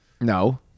No